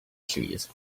trees